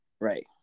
Right